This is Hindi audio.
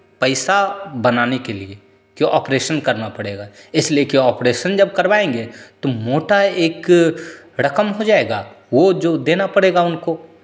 पैसा बनाने के लिए कि ऑपरेशन करना पड़ेगा इसलिए कि ऑपरेशन जब करवाएंगे तो मोटा एक रकम हो जाएगा वो जो देना पड़ेगा हमको